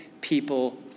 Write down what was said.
people